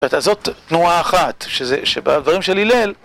זאת תנועה אחת, שבה דברים של הילל...